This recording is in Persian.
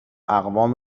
اقوام